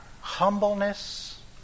humbleness